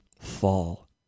Fall